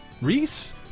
Reese